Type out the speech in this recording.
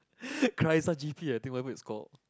Kraisa G_P I think whatever it's called